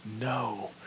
no